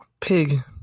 pig